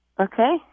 Okay